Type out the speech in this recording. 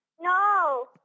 No